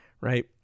right